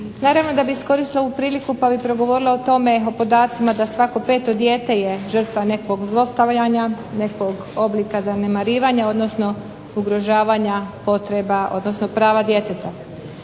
Naravno da bih iskoristila ovu priliku pa bih progovorila o tome o podacima da svako 5. dijete je žrtva nekog zlostavljanja, nekog oblika zanemarivanja odnosno ugrožavanje potreba odnosno prava djeteta.